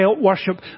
worship